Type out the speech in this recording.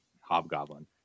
Hobgoblin